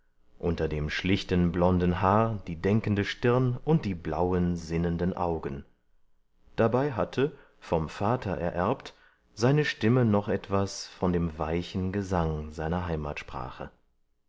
unter dem schlichten blonden haar die denkende stirn und die blauen sinnenden augen dabei hatte vom vater ererbt seine stimme noch etwas von dem weichen gesang seiner heimatsprache